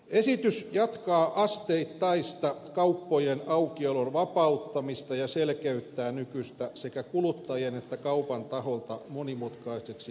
esitys jatkaa asteittaista kauppojen aukiolon vapauttamista ja selkeyttää nykyistä sekä kuluttajien että kaupan taholta monimutkaiseksi koettua sääntelyä